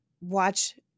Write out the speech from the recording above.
watch